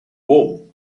warm